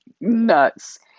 nuts